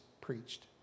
preached